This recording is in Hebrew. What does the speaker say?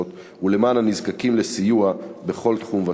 ולמען הנזקקים לסיוע בכל תחום ותחום.